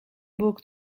book